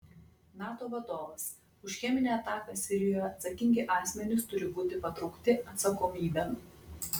nato vadovas už cheminę ataką sirijoje atsakingi asmenys turi būti patraukti atsakomybėn